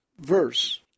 verse